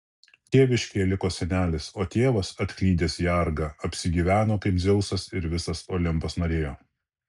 tėviškėje liko senelis o tėvas atklydęs į argą apsigyveno kaip dzeusas ir visas olimpas norėjo